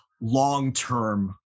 long-term